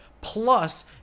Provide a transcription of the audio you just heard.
plus